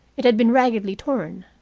it had been raggedly torn.